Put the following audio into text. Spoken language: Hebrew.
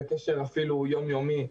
בקשר אפילו יום-יומי.